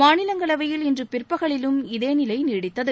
மாநிலங்களவையில் இன்று பிற்பகலிலும் இதே நிலை நீடித்தது